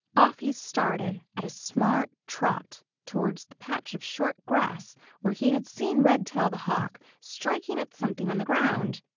off he started at a smart trot towards the patch of short grass where he had seen redtail the hawk striking at something on the ground.